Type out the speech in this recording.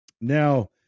Now